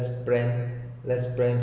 let’s plan let’s plan